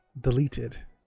deleted